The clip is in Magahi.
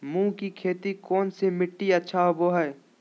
मूंग की खेती कौन सी मिट्टी अच्छा होबो हाय?